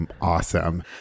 awesome